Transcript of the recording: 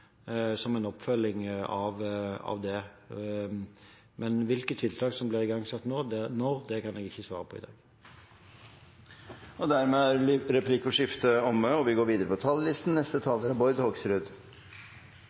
som en oppfølging av det. Men hvilke tiltak som blir igangsatt når, kan jeg ikke svare på i dag. Replikkordskiftet er omme. De talere som heretter får ordet, har en taletid på